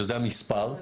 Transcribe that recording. שזה המספר,